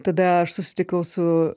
tada aš susitikau su